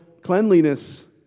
cleanliness